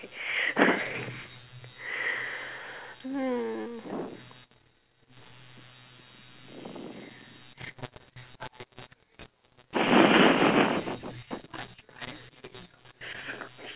hmm